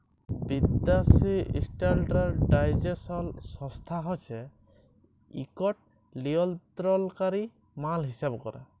বিদ্যাসি ইস্ট্যাল্ডার্ডাইজেশল সংস্থা হছে ইকট লিয়লত্রলকারি মাল হিঁসাব ক্যরে